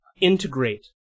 integrate